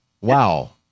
Wow